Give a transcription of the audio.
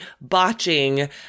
botching